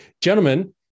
Gentlemen